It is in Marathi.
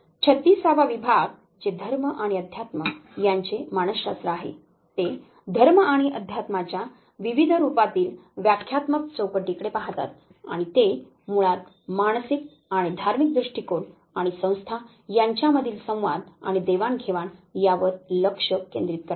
36 वा विभाग जे धर्म आणि अध्यात्म यांचे मानसशास्त्र आहे ते धर्म आणि अध्यात्माच्या विविध रूपांतील व्याख्यात्मक चौकटीकडे पाहतात आणि ते मुळात मानसिक आणि धार्मिक दृष्टीकोन आणि संस्था यांच्यामधील संवाद आणि देवाणघेवाण यावर लक्ष केंद्रित करतात